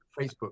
Facebook